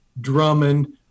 Drummond